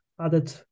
added